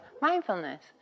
mindfulness